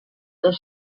dos